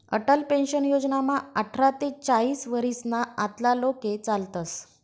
Atal pension योजनामा आठरा ते चाईस वरीसना आतला लोके चालतस